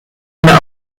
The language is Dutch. winnen